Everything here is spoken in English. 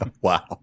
Wow